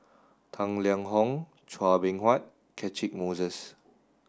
Tang Liang Hong Chua Beng Huat Catchick Moses